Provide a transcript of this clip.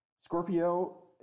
Scorpio